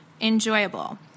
Enjoyable